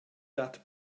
dat